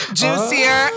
juicier